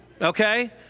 Okay